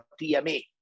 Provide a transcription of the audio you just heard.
TMA